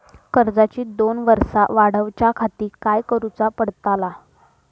कर्जाची दोन वर्सा वाढवच्याखाती काय करुचा पडताला?